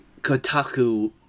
Kotaku